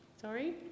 Sorry